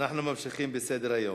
אנחנו ממשיכים בסדר-היום,